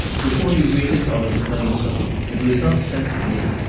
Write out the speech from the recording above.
before you read it, i'll explain something. it was not sent to me.